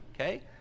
okay